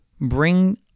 bring